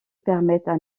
permettent